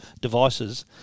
devices